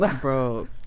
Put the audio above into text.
Bro